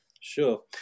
Sure